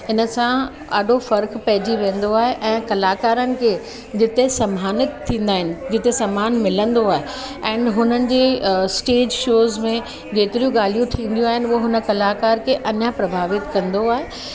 हिन सां ॾाढो फ़र्क़ु पेईजी वेंदो आहे ऐं कलाकारनि खे जिते सम्मानित थींदा आहिनि जिते सम्मान मिलंदो आहे एंड हुननि जी स्टेज शोज़ में जेतिरियूं ॻाल्हियूं थींदियूं आहिनि उहो हुन कलाकार खे अञा प्रभावित कंदो आहे